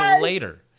later